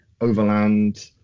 Overland